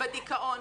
בדיכאון,